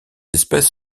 espèces